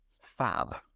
Fab